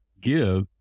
give